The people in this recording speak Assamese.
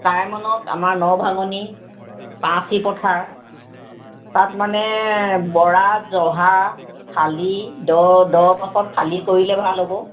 চাইমনত আমাৰ ন ভাঙনি পাচি পথাৰ তাত মানে বৰা জহা শালি দ' দ'ডোখৰত শালি কৰিলে ভাল হ'ব